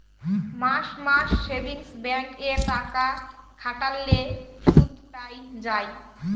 মাস মাস savings bank এ টাকা খাটাল্যে শুধ পাই যায়